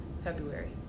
February